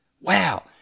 Wow